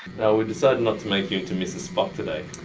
now we decided not to make into mrs. spock today.